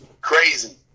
Crazy